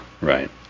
Right